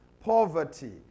poverty